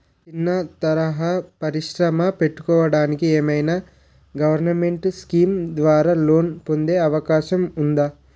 చిన్న తరహా పరిశ్రమ పెట్టుకోటానికి ఏదైనా గవర్నమెంట్ స్కీం ద్వారా లోన్ పొందే అవకాశం ఉందా?